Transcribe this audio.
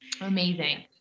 amazing